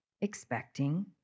expecting